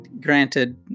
granted